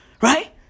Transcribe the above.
Right